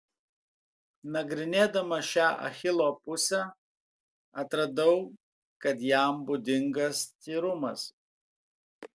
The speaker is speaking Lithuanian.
nagrinėdama šią achilo pusę atradau kad jam būdingas tyrumas